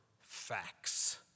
facts